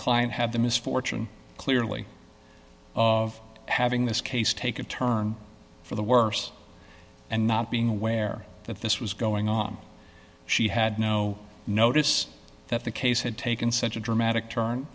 client had the misfortune clearly of having this case take a turn for the worse and not being aware that this was going on she had no notice that the case had taken such a dramatic turn